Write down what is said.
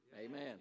Amen